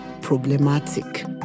problematic